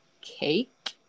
cake